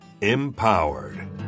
empowered